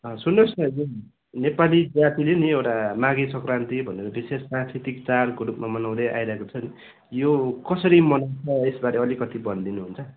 सुन्नुहोस् न यो नेपाली जातीले नि एउटा माघे सङ्क्रान्ति भनेर विशेष सांस्कृतिक चाडको रूपमा मनाउँदै आइरहेको छ नि यो कसरी मनाउँछ यसबारे अलिकति भनिदिनुहुन्छ